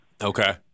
Okay